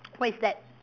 what is that